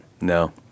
No